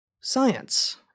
science